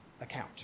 account